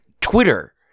Twitter